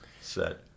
set